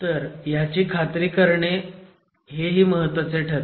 तर ह्याची खात्री करणे हेही महत्वाचे ठरते